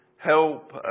help